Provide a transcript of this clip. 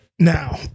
Now